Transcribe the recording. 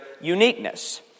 uniqueness